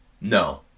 No